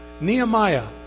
Nehemiah